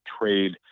trade